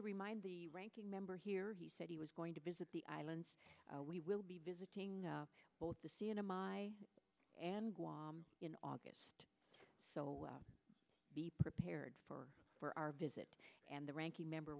to remind the ranking member here he said he was going to visit the islands we will be visiting both the sienna my and in august so be prepared for for our visit and the ranking member